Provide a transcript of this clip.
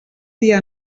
dia